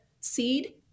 seed